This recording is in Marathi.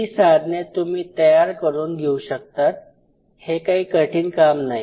ही साधने तुम्ही तयार करून घेऊ शकतात हे काही कठीण काम नाही